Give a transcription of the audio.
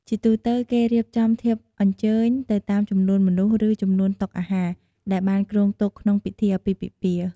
ជាទូទៅ គេរៀបចំធៀបអញ្ជើញទៅតាមចំនួនមនុស្ស ឬ ចំនួនតុអាហារ ដែលបានគ្រោងទុកក្នុងពិធីអាពាហ៍ពិពាហ៍។